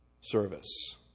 service